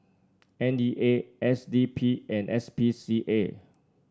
N E A S D P and S P C A